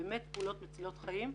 לפעולות מצילות חיים.